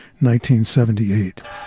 1978